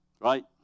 right